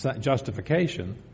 justification